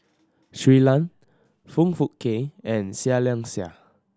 Shui Lan Foong Fook Kay and Seah Liang Seah